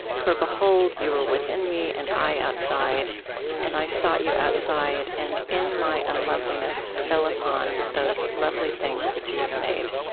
for behold you were within me, and i outside and i sought you outside and in my unloveliness fell upon those lovely things which you have made.